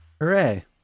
Hooray